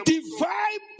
divine